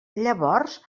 llavors